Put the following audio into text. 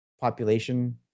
population